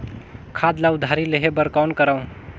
खाद ल उधारी लेहे बर कौन करव?